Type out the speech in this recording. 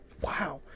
Wow